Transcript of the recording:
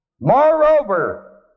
Moreover